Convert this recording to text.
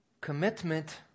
commitment